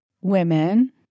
women